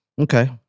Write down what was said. Okay